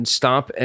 stop